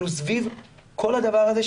אנחנו סביב כל הדבר הזה,